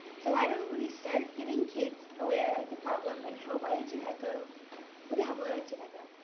so why don't we start getting kids aware of the problem and help arlington echo but the help of arlington echo.